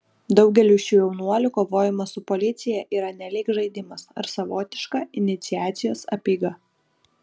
daugeliui šių jaunuolių kovojimas su policija yra nelyg žaidimas ar savotiška iniciacijos apeiga